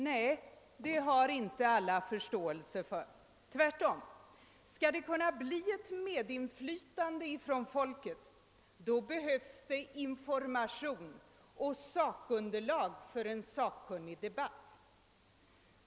Nej, det har inte alla förståelse för — tvärtom. Skall det bli ett medinflytande för folket, behövs det information och sakunderlag för en sakkunnig debatt.